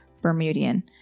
Bermudian